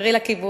חברי לקיבוץ,